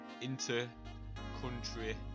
inter-country